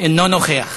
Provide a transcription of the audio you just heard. אינו נוכח.